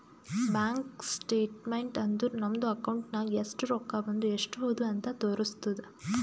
bank statement ಅಂದುರ್ ನಮ್ದು account ನಾಗ್ ಎಸ್ಟ್ ರೊಕ್ಕಾ ಬಂದು ಎಸ್ಟ್ ಹೋದು ಅಂತ್ ತೋರುಸ್ತುದ್